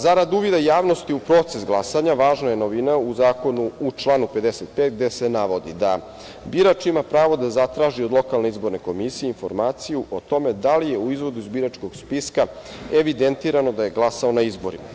Zarad uvida javnosti u proces glasanja, važna je novina u Zakonu, u članu 55, gde se navodi da birač ima pravo da zatraži od lokalne izborne komisije informaciju o tome da li je u izvodu iz biračkog spiska evidentirano da je glasao na izborima.